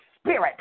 Spirit